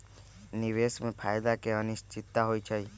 निवेश में फायदा के अनिश्चितता होइ छइ